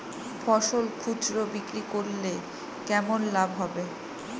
ফসল খুচরো বিক্রি করলে কেমন লাভ হবে?